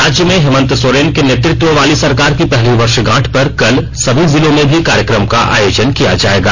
राज्य में हेमन्त सोरेन के नेतृत्व वाली सरकार की पहली वर्शगांठ पर कल सभी जिलों में भी कार्यक्रम का आयोजन किया जाएगा